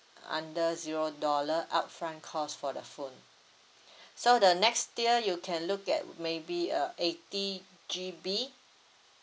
under zero dollar upfront cost for the phone so the next tier you can look at maybe uh eighty G_B